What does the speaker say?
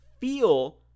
feel